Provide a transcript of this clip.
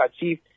achieve